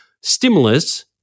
stimulus